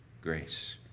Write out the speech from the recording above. grace